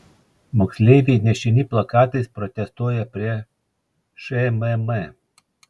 moksleiviai nešini plakatais protestuoja prie šmm